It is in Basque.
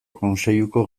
kontseiluko